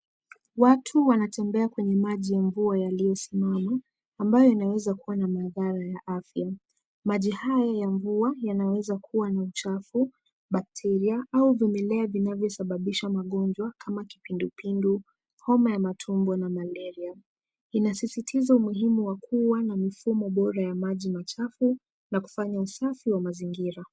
Watu wanatembea kwenye maji ya mvua yaliyosimama, ambayo yanawezakuwa na madhara ya afya. Maji haya ya mvua yanawezakuwa na uchafu, bacteria , au vimelea vinavyosababisha magonjwa kama kipindupindu, homa ya matumbo na malaria. Inasisitiza umuhimu wa kuwa na mifumo bora ya maji machafu na kufanya usafi wa mazingira.